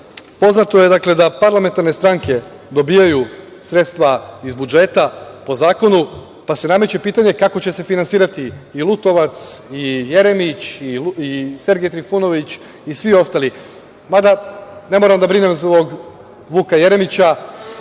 sada. Poznato je, dakle, da parlamentarne stranke dobijaju sredstva iz budžeta po zakonu, pa se nameće pitanje - kako će se finansirati i Lutovac i Jeremić i Sergej Trifunović i svi ostali? Mada ne moram da brinem zbog Vuka Jeremića.